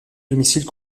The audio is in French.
domicile